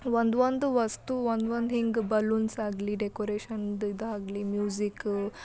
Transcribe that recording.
ಒಂದು ಒಂದು ವಸ್ತು ಒಂದು ಒಂದು ಹಿಂಗೆ ಬಲೂನ್ಸ್ ಆಗಲಿ ಡೆಕೋರೇಷನ್ದು ಇದು ಆಗಲಿ ಮ್ಯೂಸಿಕ್